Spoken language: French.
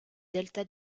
delta